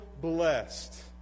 blessed